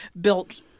built